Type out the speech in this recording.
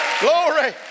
Glory